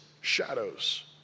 shadows